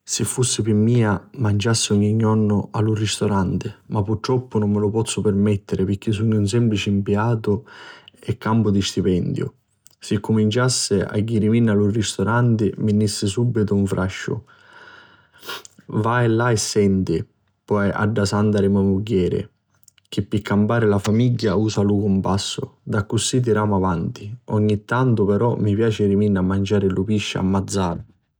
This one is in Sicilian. Si fussi pi mia maciassi ogni jornu a lu risturanti, ma purtroppu nun mi lu pozzu pirmettiri pirchì sugnu un semplici mpiatu e campu di stipendiu. Si cuminciassi a jiriminni a lu risturanti mi ni jissi subitu 'n frùsciu, vai e sèntila poi dda santa di me mugghieri chi pi campari la famigghia usa lu cumpassu, d'accusì tiramu avanti. Ogni tantu però mi piaci jirimi a manciari lu pisci a Mazzara.